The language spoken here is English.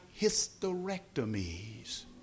hysterectomies